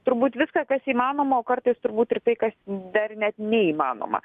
turbūt viską kas įmanoma o kartais turbūt ir tai kas dar net neįmanoma